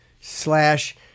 slash